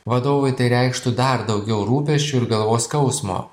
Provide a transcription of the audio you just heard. vadovui tai reikštų dar daugiau rūpesčių ir galvos skausmo